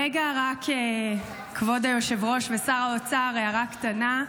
רגע, כבוד היושב-ראש ושר האוצר, רק הערה קטנה.